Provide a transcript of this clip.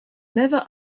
never